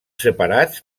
separats